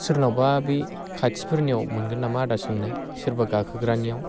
सोरनावबा बि खाथिफोरनियाव मोनगोन नामा आदा सोंनाय सोरबा गाखोग्रानियाव